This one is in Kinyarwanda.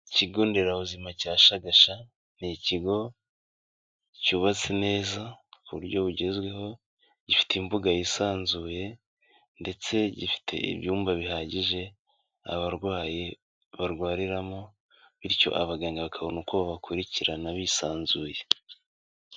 Ikigo nderabuzima cya Shagasha ni ikigo cyubatse neza ku buryo bugezweho, gifite imbuga yisanzuye ndetse gifite ibyumba bihagije abarwayi barwariramo bityo abaganga bakabona uko babakurikirana bisanzuye.